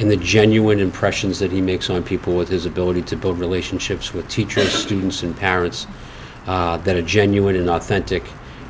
in the genuine impressions that he makes on people with his ability to build relationships with teachers students and parents that are genuine and authentic